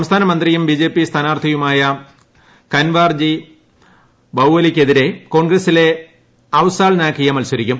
സംസ്ഥാന മന്ത്രിയും ബിജെപി സ്ഥാനാർത്ഥിയുമായ കൻവാർജി ബൌവലിയയ്ക്കെതിരെ കോൺഗ്രസിലെ അവ്സാർ നാക്കിയ മത്സരിക്കും